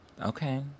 Okay